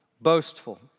boastful